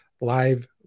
live